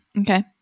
okay